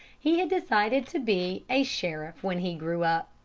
he had decided to be a sheriff when he grew up.